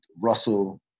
Russell